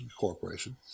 Corporation